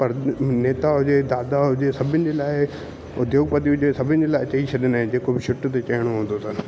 पर नेता हुजे दादा हुजे सभिनि जे लाइ उद्योग पति हुजे सभिनि जे लाइ ॾेई छॾींदा आहिनि जेको बि शिफ्ट ते चइणो हूंदो अथनि